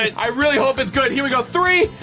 i really hope it's good. here we go, three,